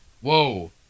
Whoa